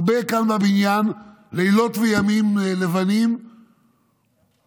הרבה לילות וימים לבנים כאן בבניין.